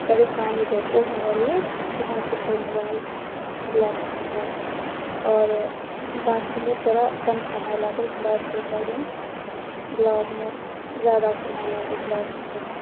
परेशानी भेल ओ हमरा लिए चुनौतीपूर्ण रहल ब्लाउज सिके आओर बाँकीमे थोड़ा कम समय लागल ब्लाउजके अकॉर्डिंग ब्लाउजमे जादा समय लागल ब्लाउज सिखेबै